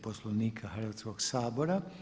Poslovnika Hrvatskog sabora.